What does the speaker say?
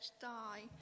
die